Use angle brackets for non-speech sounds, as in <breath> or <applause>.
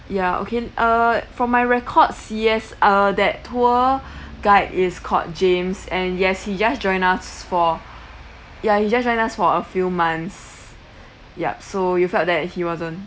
ya okay uh from my record C_S uh that tour <breath> guide is called james and yes he just join us for ya he just join us for a few months yup so you felt that he wasn't